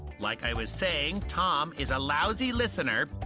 like i was saying, tom is a lousy listener,